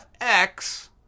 FX